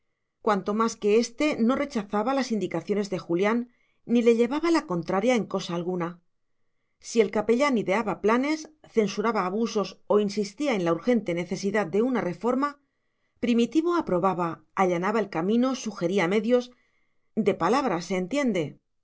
cuanto más que éste no rechazaba las indicaciones de julián ni le llevaba la contraria en cosa alguna si el capellán ideaba planes censuraba abusos o insistía en la urgente necesidad de una reforma primitivo aprobaba allanaba el camino sugería medios de palabra se entiende